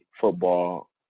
football